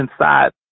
inside